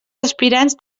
aspirants